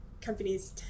companies